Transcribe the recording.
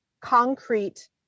concrete